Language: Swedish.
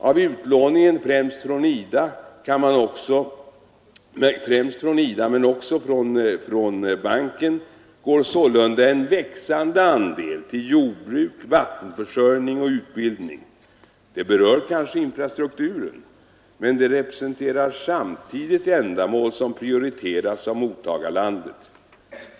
Av utlåningen, främst från IDA men också från banken, går sålunda en växande andel till jordbruk, vattenförsörjning och utbildning. Det berör kanske infrastrukturen, men det representerar samtidigt ändamål som prioriterats av mottagarlandet.